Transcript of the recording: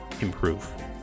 improve